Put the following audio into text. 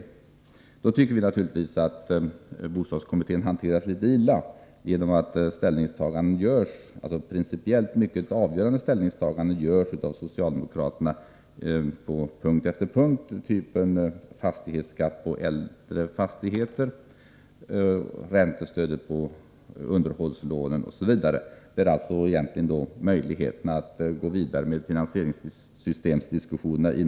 Därför tycker vi naturligtvis att bostadskommittén hanteras litet illa när socialdemokraterna nu på punkt efter punkt gör principiellt mycket avgörande ställningstaganden, ställningstaganden av typen fastighetsskatten på äldre fastigheter, räntestödet på underhållslånen osv. Därigenom försvåras möjligheterna att inom bostadskommittén gå vidare med finansieringssystemsdiskussioner.